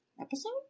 episode